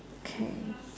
okay